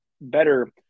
better